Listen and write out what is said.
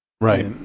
Right